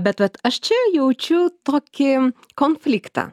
bet vat aš čia jaučiu tokį konfliktą